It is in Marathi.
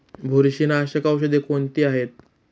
बुरशीनाशक औषधे कोणती आहेत?